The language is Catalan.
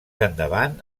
endavant